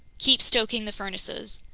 keep stoking the furnaces.